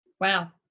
Wow